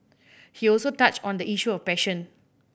he also touched on the issue of passion